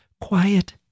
quiet